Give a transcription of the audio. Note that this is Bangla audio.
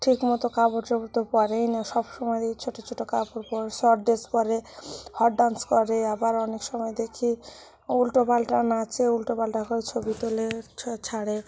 ঠিক মতো কাপড় চোপড় তো পরেই না সবসময় দেখি ছোট ছোট কাপড় পরে শর্ট ড্রেস পরে হট ডান্স করে আবার অনেক সময় দেখি উলটোপালটা নাচে উলটোপালটা করে ছবি তোলে ছাড়ে